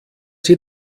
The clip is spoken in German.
sie